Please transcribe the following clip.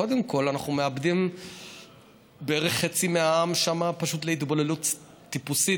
קודם כול אנחנו מאבדים בערך חצי מהעם שם פשוט להתבוללות טיפוסית,